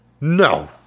no